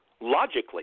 logically